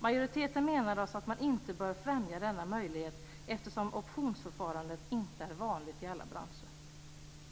Majoriteten menar alltså att man inte bör främja denna möjlighet eftersom optionsförfarandet inte är vanligt i alla branscher.